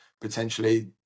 potentially